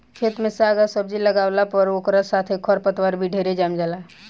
खेत में साग आ सब्जी लागावला पर ओकरा साथे खर पतवार भी ढेरे जाम जाला